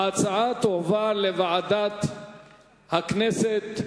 ההצעה תועבר לוועדת הכנסת,